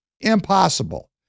Impossible